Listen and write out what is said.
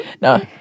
No